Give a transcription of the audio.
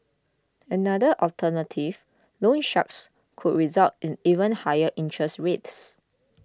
another alternative loan sharks could result in even higher interest rates